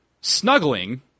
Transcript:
snuggling